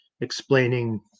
explaining